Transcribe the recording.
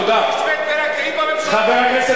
תדאג לעדה